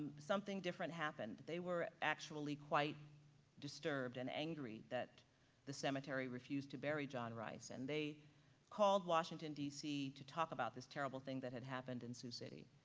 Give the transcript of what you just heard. something different happened. they were actually quite disturbed and angry that the cemetery refused to bury john rice and they called washington dc to talk about this terrible thing that had happened in sioux city.